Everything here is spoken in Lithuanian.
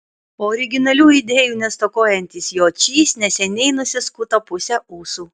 originalių idėjų nestokojantis jočys neseniai nusiskuto pusę ūsų